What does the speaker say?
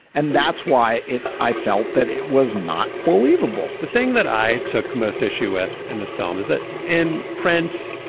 and that's why i felt that it was not believable the thing that i took most issue with in this film is that in print,